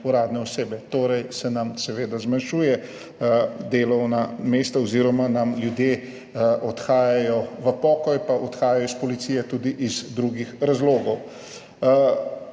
uradne osebe, torej se nam zmanjšujejo delovna mesta oziroma nam ljudje odhajajo v pokoj ali odhajajo s Policije tudi iz drugih razlogov.